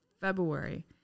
February